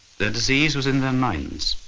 their disease was in their minds.